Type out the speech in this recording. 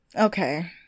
okay